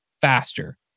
faster